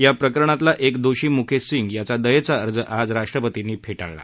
या प्रकरणातल्या एक दोषी म्केश सिंग याचा दयेचा अर्ज आज राष्ट्रपतींनी फे ाळला